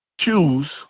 choose